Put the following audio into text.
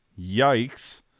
yikes